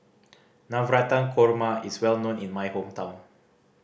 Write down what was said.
Navratan Korma is well known in my hometown